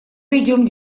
ведем